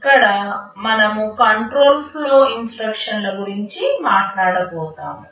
ఇక్కడ మనము control flow ఇన్స్ట్రక్షన్లుగురించి మాట్లాడ పోతాము